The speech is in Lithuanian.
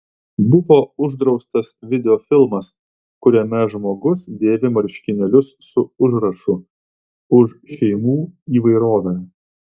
buvo uždraustas videofilmas kuriame žmogus dėvi marškinėlius su užrašu už šeimų įvairovę